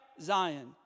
Zion